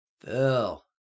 Phil